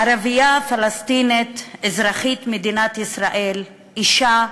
ערבייה פלסטינית, אזרחית מדינת ישראל, אישה,